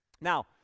Now